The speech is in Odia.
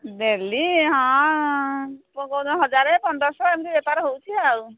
ଡେଲି ହଁ କୋଉ ଦିନ ହଜାରେ ପନ୍ଦର ଶହ ଏମିତି ବେପାର ହେଉଛି ଆଉ